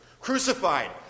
crucified